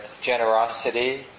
generosity